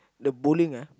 the bowling ah